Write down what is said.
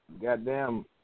goddamn